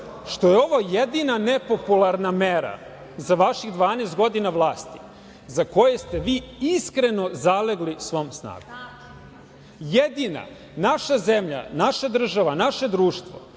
Ovo je jedina nepopularna mera za vaših 12 godina vlasti za koje ste vi iskreno zalegli svom snagom. Naša zemlja, naša država, naše društvo